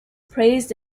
praised